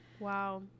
Wow